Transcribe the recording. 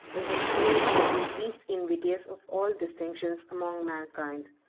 is the plainest and least invidious of all distinctions among mankind.